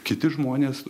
kiti žmonės